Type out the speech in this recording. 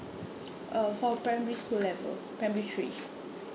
uh for primary school level primary three